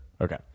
okay